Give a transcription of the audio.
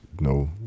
No